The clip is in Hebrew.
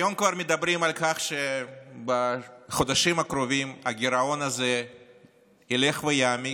היום כבר מדברים על כך שבחודשים הקרובים הגירעון הזה ילך ויעמיק,